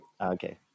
okay